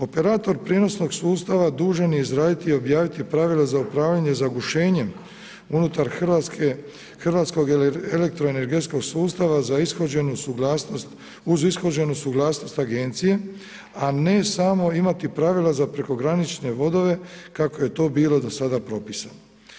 Operator prijenosnog sustava dužan je izraditi i objaviti pravila za upravljanje zagušenjem unutar hrvatskog elektroenergetskog sustava uz ishođenu suglasnost agencije, a ne samo imati pravila za prekogranične vodove kako je to bilo do sada propisano.